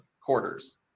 quarters